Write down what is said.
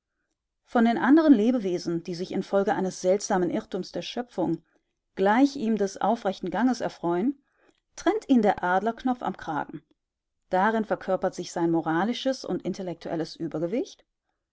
von den anderen lebewesen die sich infolge eines seltsamen irrtums der schöpfung gleich ihm des aufrechten ganges erfreuen trennt ihn der adlerknopf am kragen darin verkörpert sich sein moralisches und intellektuelles übergewicht